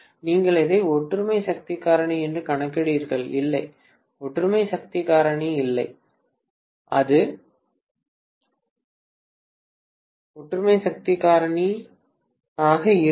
நீங்கள் அதை ஒற்றுமை சக்தி காரணி என்று கணக்கிடுகிறீர்கள் இல்லை ஒற்றுமை சக்தி காரணி அல்ல இது ஒற்றுமை சக்தி காரணியாக இருக்கும்